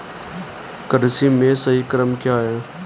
कृषि में सही क्रम क्या है?